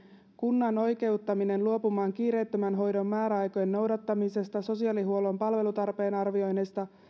kunnan oikeuttaminen luopumaan kiireettömän hoidon määräaikojen noudattamisesta sosiaalihuollon palvelutarpeen arvioinnista